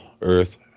Earth